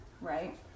right